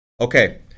okay